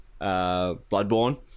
Bloodborne